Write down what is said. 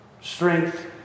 strength